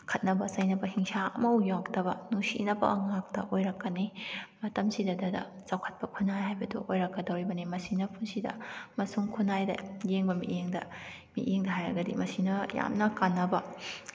ꯈꯠꯅꯕ ꯆꯩꯅꯕ ꯍꯤꯡꯁꯥ ꯑꯃꯐꯥꯎ ꯌꯥꯎꯗꯕ ꯅꯨꯡꯁꯤꯅꯕ ꯉꯥꯛꯇ ꯑꯣꯏꯔꯛꯀꯅꯤ ꯃꯇꯝꯁꯤꯗꯗ ꯆꯥꯎꯈꯠꯄ ꯈꯨꯟꯅꯥꯏ ꯍꯥꯏꯕꯗꯨ ꯑꯣꯏꯔꯛꯀꯗꯣꯔꯤꯕꯅꯤ ꯃꯁꯤꯅ ꯄꯨꯟꯁꯤꯗ ꯑꯃꯁꯨꯡ ꯈꯨꯟꯅꯥꯏꯗ ꯌꯦꯡꯕ ꯃꯤꯠꯌꯦꯡꯗ ꯃꯤꯠꯌꯦꯡꯗ ꯍꯥꯏꯔꯒꯗꯤ ꯃꯁꯤꯅ ꯌꯥꯝꯅ ꯀꯥꯅꯕ